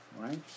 Right